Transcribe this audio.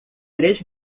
três